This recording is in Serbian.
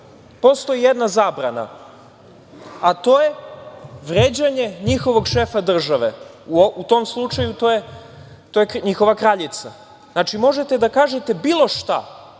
postoji jedna zabrana, a to je vređanje njihovog šefa države. U tom slučaju to je njihova kraljica. Znači, možete da kažete bilo šta,